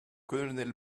colonel